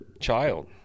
child